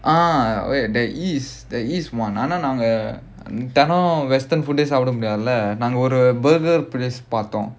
ah wait there is there is one ஆனா நாங்க தினம்:aanaa naanga thinam western food சாப்பிட முடியாதுல நாங்க ஒரு பார்த்தோம்:saappida mudiyaathula naanga oru paarthom burger பார்த்தோம்:paarthom